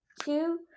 Two